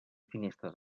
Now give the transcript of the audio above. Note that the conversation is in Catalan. finestres